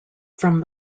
from